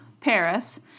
Paris